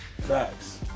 Facts